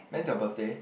when's your birthday